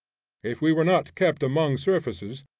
if we were not kept among surfaces,